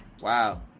Wow